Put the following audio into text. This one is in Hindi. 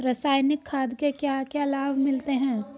रसायनिक खाद के क्या क्या लाभ मिलते हैं?